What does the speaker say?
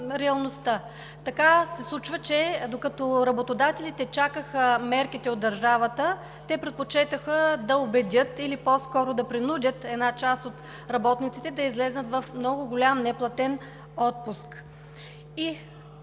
Случва се, че докато работодателите чакаха мерките от държавата, те предпочетоха да убедят, или по-скоро да принудят, една част от работниците да излязат в много голям неплатен отпуск.